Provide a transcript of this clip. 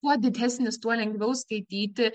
kuo didesnis tuo lengviau skaityti